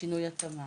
שינוי התמ"מ,